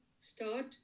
start